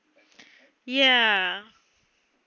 ya